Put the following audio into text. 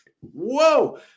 Whoa